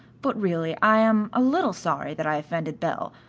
but really i am a little sorry that i offended belle,